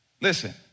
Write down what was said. listen